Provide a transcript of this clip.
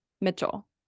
mitchell